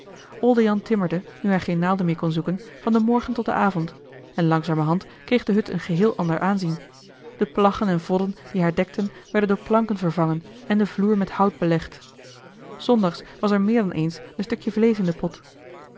oldejan timmerde nu hij geene naalden meer kon zoeken van den morgen tot den avond en langzamerhand kreeg de hut een geheel ander aanzien de plaggen en vodden die haar dekten werden door planken vervangen en de vloer met hout belegd s zondags was er meer dan eens een stukje vleesch in den pot